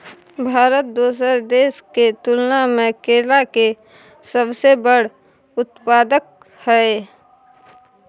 भारत दोसर देश के तुलना में केला के सबसे बड़ उत्पादक हय